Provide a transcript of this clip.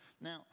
Now